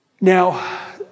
Now